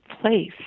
place